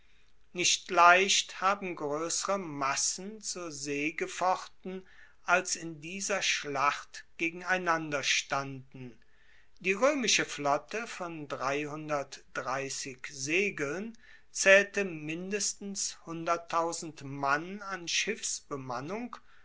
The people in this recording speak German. nicht leicht haben groessere massen zur see gefochten als in dieser schlacht gegeneinander standen die roemische flotte von segeln zaehlte mindestens mann an schiffsbemannung